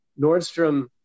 Nordstrom